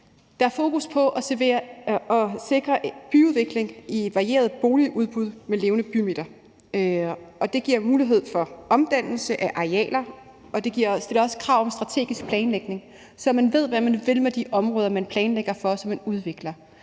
der er fokus på at sikre byudvikling i varieret boligudbud med levende bymidter. Det giver mulighed for omdannelse af arealer og stiller også krav om strategisk planlægning, så man ved, hvad man vil med de områder, man planlægger for, og som man udvikler.